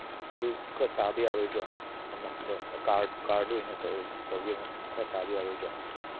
ꯑꯗꯨ ꯈꯔ ꯇꯥꯕ ꯌꯥꯔꯣꯏꯗ꯭ꯔꯣ ꯃꯃꯟꯗꯣ ꯀꯥꯔꯗꯣ ꯀꯥꯔꯗꯣ ꯑꯣꯏꯅ ꯇꯧꯒꯦ ꯃꯃꯟ ꯈꯔ ꯇꯥꯕ ꯌꯥꯔꯣꯏꯗ꯭ꯔꯥ